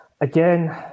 again